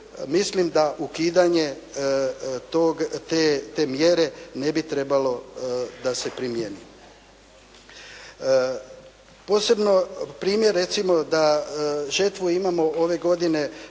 mislim da ukidanje tog, te mjere ne bi trebalo da se primjeni. Posebno primjer recimo da žetvu imamo ove godine